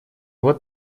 вот